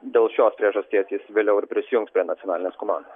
dėl šios priežasties jis vėliau ir prisijungs prie nacionalinės komandos